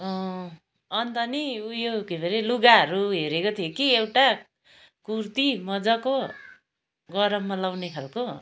अन्त नि उयो के पो अरे लुगाहरू हेरेको थिएँ कि एउटा कुर्ती मज्जाको गरममा लाउने खालको